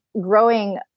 growing